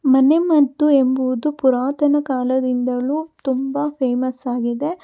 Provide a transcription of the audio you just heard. ಮನೆಮದ್ದು ಎಂಬುವುದು ಪುರಾತನ ಕಾಲದಿಂದಲೂ ತುಂಬ ಫೇಮಸ್ ಆಗಿದೆ